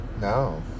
No